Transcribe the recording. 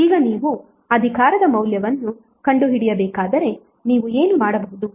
ಈಗ ನೀವು ಅಧಿಕಾರದ ಮೌಲ್ಯವನ್ನು ಕಂಡುಹಿಡಿಯಬೇಕಾದರೆ ನೀವು ಏನು ಮಾಡಬಹುದು